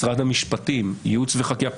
משרד המשפטים, ייעוץ וחקיקה.